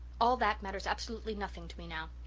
all that matters absolutely nothing to me now.